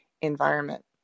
environment